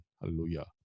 hallelujah